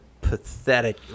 pathetic